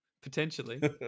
Potentially